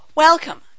Welcome